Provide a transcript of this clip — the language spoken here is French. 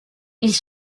ils